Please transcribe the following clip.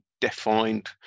defined